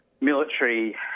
military